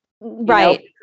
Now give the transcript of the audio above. right